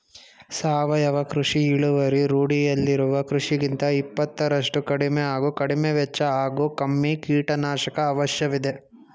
ಸಾವಯವ ಕೃಷಿ ಇಳುವರಿ ರೂಢಿಯಲ್ಲಿರುವ ಕೃಷಿಗಿಂತ ಇಪ್ಪತ್ತರಷ್ಟು ಕಡಿಮೆ ಹಾಗೂ ಕಡಿಮೆವೆಚ್ಚ ಹಾಗೂ ಕಮ್ಮಿ ಕೀಟನಾಶಕ ಅವಶ್ಯವಿದೆ